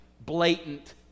blatant